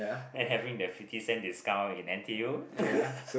and having the fifty cent discount in N_T_U